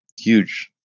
huge